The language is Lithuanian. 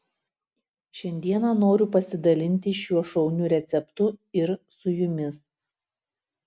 šiandieną noriu pasidalinti šiuo šauniu receptu ir su jumis